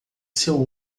seu